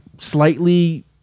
slightly